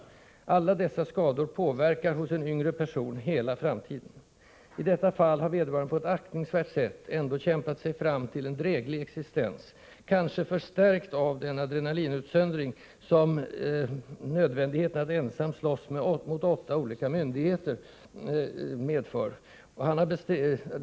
Alla dessa skador påverkar hos en yngre person hela framtiden. I detta fall har vederbörande på ett aktningsvärt sätt ändå kämpat sig fram till en dräglig existens, kanske förstärkt av den adrenalinutsöndring som nödvändigheten att ensam slåss mot åtta olika myndigheter medför.